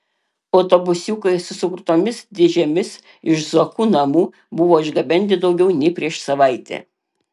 autobusiukai su sukrautomis dėžėmis iš zuokų namų buvo išgabenti daugiau nei prieš savaitę